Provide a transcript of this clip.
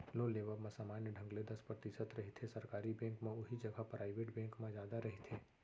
loan लेवब म समान्य ढंग ले दस परतिसत रहिथे सरकारी बेंक म उहीं जघा पराइबेट बेंक म जादा रहिथे